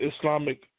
Islamic